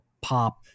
pop